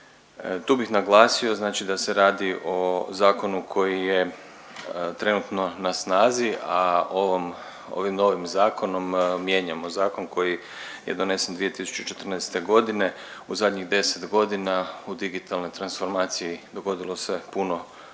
Tu bih naglasio znači da se radi o zakonu koji je trenutno na snazi, a ovom, ovim novim zakonom mijenjamo zakon koji je donesen 2014. godine. U zadnjih 10 godina u digitalnoj transformaciji dogodilo se puno